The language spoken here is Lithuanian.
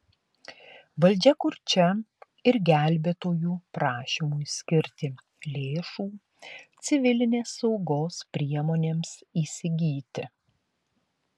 valdžia kurčia ir gelbėtojų prašymui skirti lėšų civilinės saugos priemonėms įsigyti